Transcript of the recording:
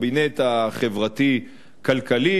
בקבינט החברתי-כלכלי.